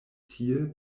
tie